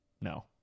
No